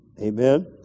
Amen